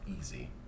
easy